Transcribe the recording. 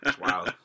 Wow